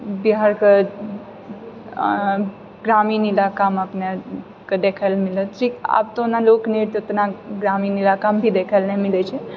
बिहारके ग्रामीण इलाकामे अपनेके देखैलए मिलत जे आब तऽ लोकनृत्य ओतना ग्रामीण इलाकामे भी देखैलए नहि मिलै छै